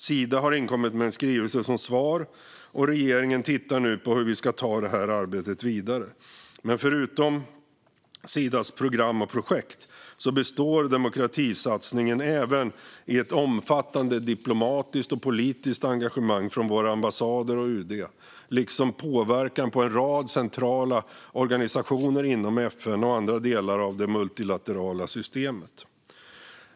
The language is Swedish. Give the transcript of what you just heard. Sida har inkommit med en skrivelse som svar, och regeringen tittar nu på hur vi ska ta detta arbete vidare. Förutom Sidas program och projekt består demokratisatsningen av ett omfattande diplomatiskt och politiskt engagemang från våra ambassader och från UD liksom påverkan på en rad centrala organisationer inom FN och andra delar av det multilaterala systemet.